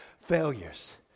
failures